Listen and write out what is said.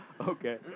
Okay